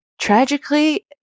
tragically